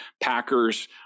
Packers